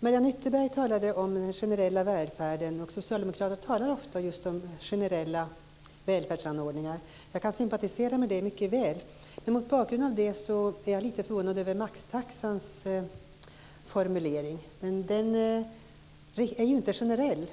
Mariann Ytterberg talade om den generella välfärden. Socialdemokraterna talar ofta om just generella välfärdsanordningar och jag kan mycket väl sympatisera med detta. Men mot den bakgrunden är jag lite förvånad över formuleringen om maxtaxan. Maxtaxan är inte generell.